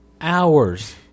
hours